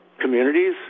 communities